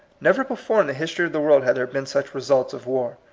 never before in the history of the world had there been such results of war.